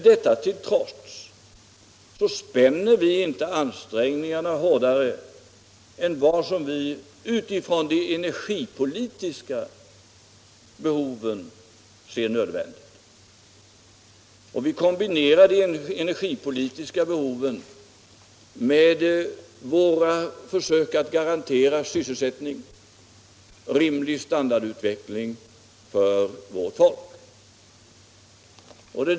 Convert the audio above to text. Detta till trots gör vi inte hårdare ansträngningar än vi utifrån de energipolitiska behoven ser som nödvändiga, och vi kombinerar de energipolitiska behoven med våra försök att garantera sysselsättning och rimlig standardutveckling för vårt folk.